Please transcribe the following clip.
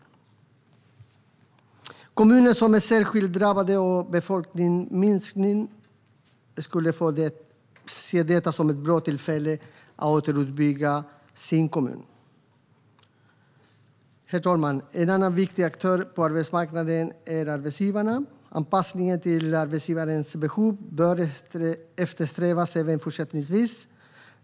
Kommuner som är särskilt drabbade av befolkningsminskning skulle se detta som ett bra tillfälle att återuppbygga sin kommun. Herr talman! En annan viktig aktör på arbetsmarknaden är arbetsgivarna. Anpassning till arbetsgivarens behov bör eftersträvas även fortsättningsvis.